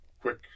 quick